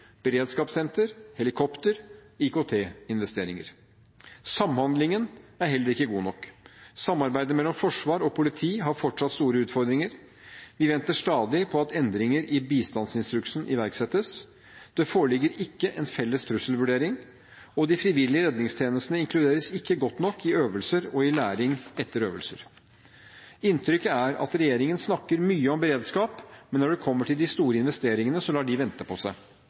beredskapssenter, helikopter, IKT-investeringer. Samhandlingen er heller ikke god nok. Samarbeidet mellom forsvar og politi har fortsatt store utfordringer. Vi venter stadig på at endringene i bistandsinstruksen iverksettes. Det foreligger ikke en felles trusselvurdering, og de frivillige redningstjenestene inkluderes ikke godt nok i øvelser og i læring etter øvelser. Inntrykket er at regjeringen snakker mye om beredskap, men når det gjelder de store investeringene, lar de vente på seg.